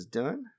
done